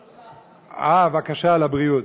אה, בבקשה, לבריאות.